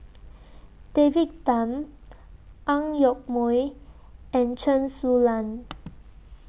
David Tham Ang Yoke Mooi and Chen Su Lan